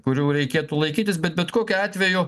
kurių reikėtų laikytis bet bet kokiu atveju